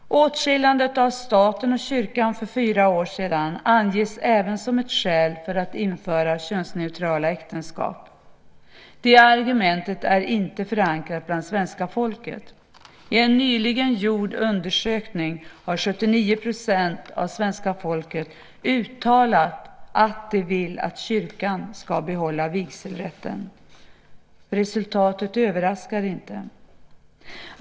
Åtskiljandet av staten och kyrkan för fyra år sedan anges även som ett skäl för att införa könsneutrala äktenskap. Det argumentet är inte förankrat hos svenska folket. I en nyligen gjord undersökning har 79 % av svenska folket uttalat att de vill att kyrkan ska behålla vigselrätten. Resultatet överraskar inte.